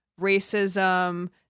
racism